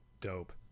Dope